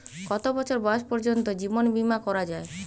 কত বছর বয়স পর্জন্ত জীবন বিমা করা য়ায়?